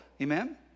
Amen